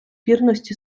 вірності